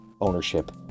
ownership